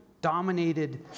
dominated